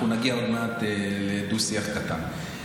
אנחנו נגיע עוד מעט לדו-שיח קטן.